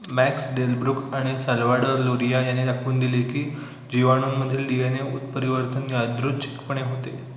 max Delbruck आणि Salvador Luria याने दाखवून दिले की जीवाणूंमधील डी ए ने उत्परिवर्तन यादृच्छिकपणे होते